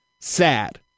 Sad